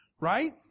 right